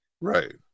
Right